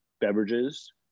beverages